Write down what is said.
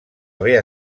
haver